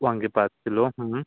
वांगे पाच किलो